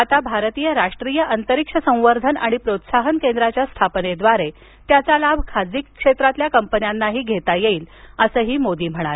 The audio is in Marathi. आता भारतीय राष्ट्रीय अंतरीक्ष संवर्धन आणि प्रोत्साहन केंद्राच्या स्थापनेद्वारे त्याचा लाभ खासगी क्षेत्रातील कंपन्यांनाही घेता येईल असंही मोदी म्हणाले